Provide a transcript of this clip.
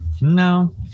No